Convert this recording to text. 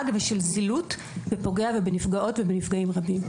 ושל זילות ופוגע בנפגעות ובנפגעים רבים.